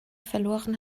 verloren